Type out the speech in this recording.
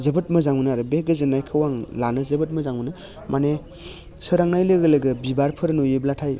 जोबोद मोजां मोनो आरो बे गोजोननायखौ आं लानो जोबोद मोजां मोनो माने सोरांनाय लोगो लोगो बिबारफोर नुयोब्लाथाय